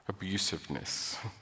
abusiveness